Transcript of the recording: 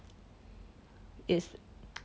is